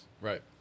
Right